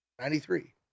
Ninety-three